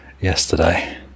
yesterday